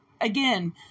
again